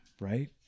Right